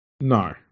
No